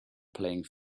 playing